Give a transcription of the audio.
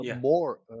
more